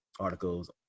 articles